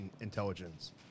intelligence